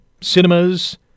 cinemas